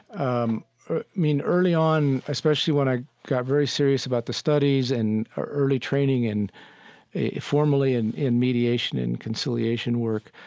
um mean, early on, especially when i got very serious about the studies and early training and formally in in mediation and conciliation work,